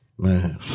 Man